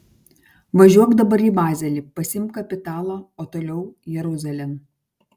važiuok dabar į bazelį pasiimk kapitalą o toliau jeruzalėn